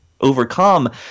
overcome